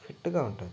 ఫిట్గా ఉంటుంది